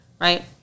right